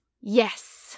Yes